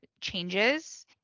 changes